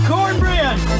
Cornbread